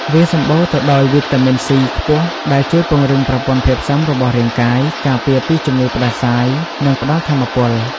វាសម្បូរទៅដោយ វីតាមីន ស៊ី ខ្ពស់ ដែលជួយពង្រឹងប្រព័ន្ធភាពស៊ាំរបស់រាងកាយ ការពារពីជំងឺផ្តាសាយ និងផ្តល់ថាមពល។